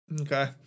Okay